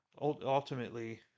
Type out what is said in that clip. ultimately